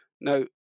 Now